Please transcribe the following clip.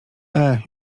eee